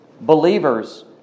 believers